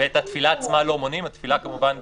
ואת התפילה עצמה לא מונעים, התפילה כמובן בקבוצה.